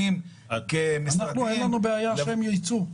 אין לנו בעיה שהם ייצאו.